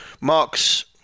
mark's